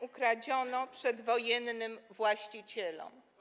ukradziono przedwojennym właścicielom?